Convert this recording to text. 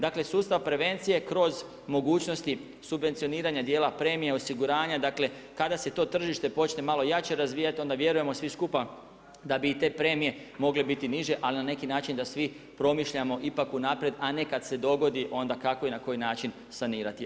Dakle, sustav prevencije kroz mogućnosti subvencioniranja dijela prema osiguranja, dakle, kad se to tržište počinje malo jače razvijati, onda vjerujemo svi skupa da bi i te premije mogle biti niže, ali na neki način, da svi promišljamo ipak unaprijed, a ne kad se dogodi, onda kako i na koji način sanirati.